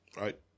right